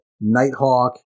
Nighthawk